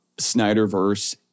Snyderverse